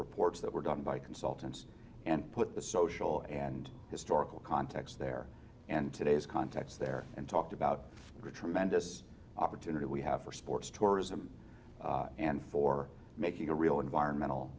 reports that were done by consultants and put the social and historical context there and today's context there and talked about the tremendous opportunity we have for sports tourism and for making a real environmental